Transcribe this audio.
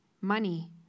money